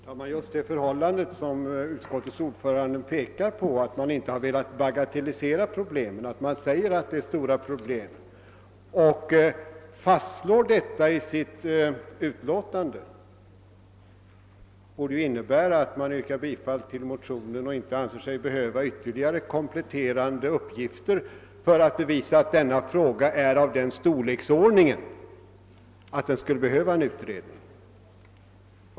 Herr talman! Just det förhållande som utskottets ordförande pekar på, att man inte har velat bagatellisera problemen utan att man framhåller att det rör sig om stora problem och fastslår detta i utlåtandet, borde medföra att man yrkar bifall till motionen och inte anser sig behöva ytterligare kompletterande uppgifter för att bevisa att denna fråga är av den storleksordningen att det skulle vara nödvändigt med en utredning.